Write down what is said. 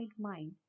mind